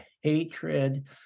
hatred